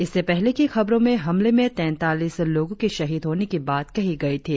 इससे पहले की खबरों में हमले में तैतालीस लोगों के शहीद होने की बात कही गयी थी